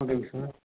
ஓகேங்க சார்